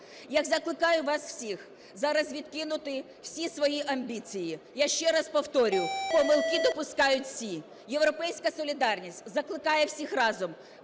Я закликаю вас всіх зараз відкинути всі свої амбіції. Я ще раз повторюю, помилки допускають всі. "Європейська солідарність" закликає всіх разом